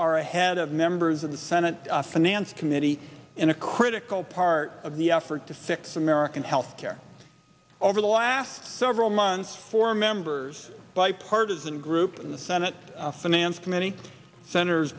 are ahead of members of the senate finance committee in a critical part of the effort to fix american health care over the last several months for members bipartisan group in the senate finance comm